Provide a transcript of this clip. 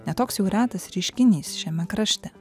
ne toks jau retas reiškinys šiame krašte